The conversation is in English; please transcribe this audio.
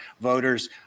voters